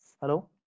Hello